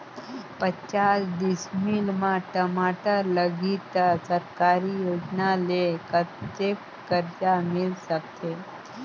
पचास डिसमिल मा टमाटर लगही त सरकारी योजना ले कतेक कर्जा मिल सकथे?